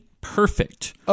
perfect